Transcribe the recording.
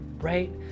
right